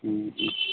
ಹ್ಞೂ